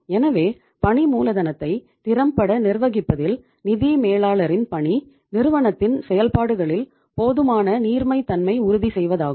எனவே பணி மூலதனத்தை திறம்பட நிர்வகிப்பதில் நிதி மேலாளரின் பணி நிறுவனத்தின் செயல்பாடுகளில் போதுமான நீர்மைத்தன்மை உறுதி செய்வதாகும்